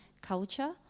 culture